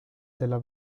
della